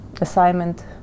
assignment